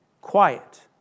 Quiet